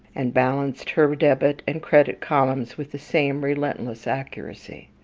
and balanced her debit and credit columns with the same relentless accuracy.